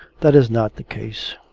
that is not the case.